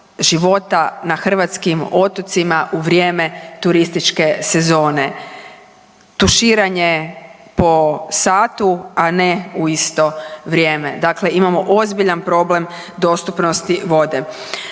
na hrvatskim otocima u vrijeme turističke sezone, tuširanje po satu, a ne u isto vrijeme, dakle imamo ozbiljan problem dostupnosti vode.